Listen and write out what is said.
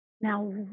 now